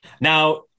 Now